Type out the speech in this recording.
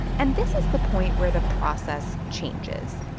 and this is the point where the process changes.